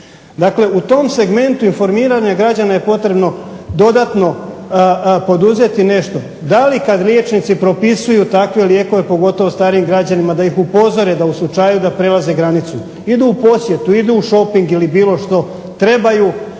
Dakle u tom segmentu i informiranju građana je potrebno dodatno poduzeti nešto. Da li kada liječnici propisuju takve lijekove pogotovo starijim građanima da ih upozore da u slučaju prelaze granicu, idu u posjetu, idu u šoping ili bilo što, trebaju